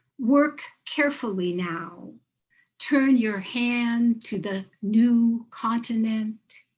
work carefully now turn your hand to the new continent.